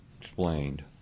explained